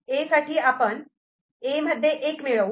A साठी आपण 'A' मध्ये एक मिळवू